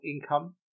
income